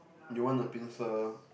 you want the pincer